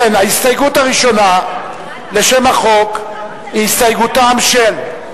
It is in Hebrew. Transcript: ההסתייגות הראשונה לשם החוק היא הסתייגותם של,